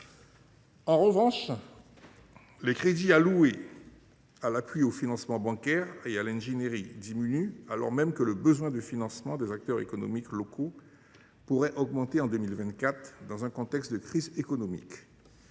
En revanche, les crédits alloués à l’appui à l’accès aux financements bancaires et au soutien en ingénierie diminuent, alors même que le besoin de financement des acteurs économiques locaux pourrait augmenter en 2024, dans un contexte de crise économique.